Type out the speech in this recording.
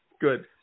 Good